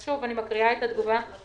אנחנו עוברים לעמותת